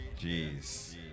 jeez